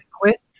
quit